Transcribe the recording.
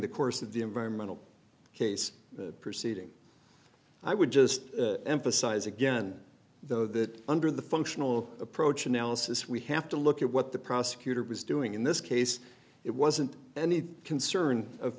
the course of the environmental case proceeding i would just emphasize again though that under the functional approach analysis we have to look at what the prosecutor was doing in this case it wasn't any concern of